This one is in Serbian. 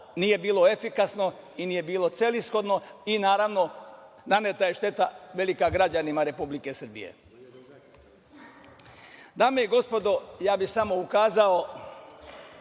nije bilo efikasno i nije bilo celishodno i naravno naneta je šteta velika građanima Republike Srbije. Dame i gospodo, ja bih samo ukazao,